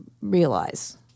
realize